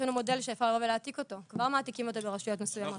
יש לנו מודל שאפשר להעתיק אותו ואכן כבר מעתיקים אותו ברשויות מסוימות.